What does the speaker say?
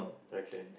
okay